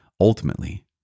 ultimately